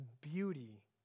beauty